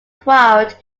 required